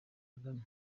kagame